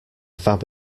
fab